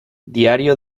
diario